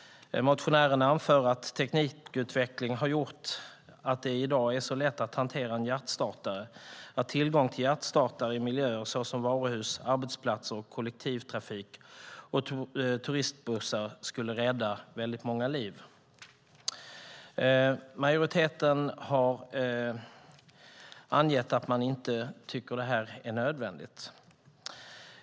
Motionären anför att teknikutvecklingen har gjort att det i dag är så lätt att hantera en hjärtstartare att tillgång till sådana i miljöer såsom varuhus, arbetsplatser och kollektivtrafik och turistbussar skulle rädda många liv. Majoriteten har angett att man inte tycker att detta är nödvändigt.